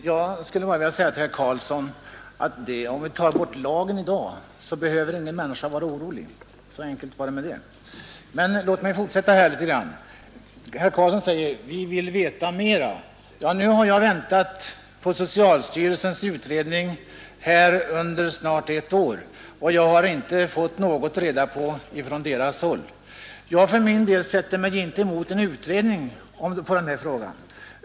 Fru talman! Om vi skulle ta bort lagen i dag, herr Karlsson i Huskvarna, så behöver ingen människa vara orolig. Så enkelt är det. Men låt mig fortsätta något. Herr Karlsson säger: Vi vill veta mera. Ja, nu har jag väntat på socialstyrelsens utredning under snart ett år, men jag har inte fått reda på någonting ifrån denna. Jag för min del sätter mig inte emot en utredning i denna fråga.